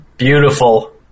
beautiful